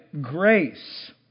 grace